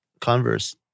Converse